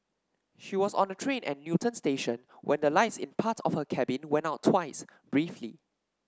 she was on a train at Newton station when the lights in part of her cabin went out twice briefly